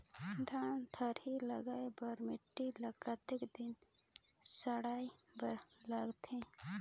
धान थरहा लगाय बर माटी ल कतेक दिन सड़ाय बर लगथे?